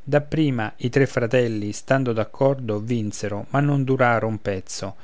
dapprima i tre fratelli stando d'accordo vinsero ma non duraro un pezzo